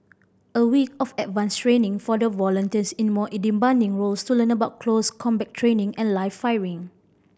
a week of advanced training for volunteers in more in demanding roles to learn about close combat training and live firing